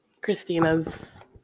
Christina's